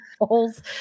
holes